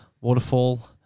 Waterfall